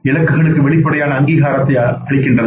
இலக்குகளுக்கு வெளிப்படையான அங்கீகாரத்தை அளிக்கிறது